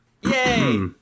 Yay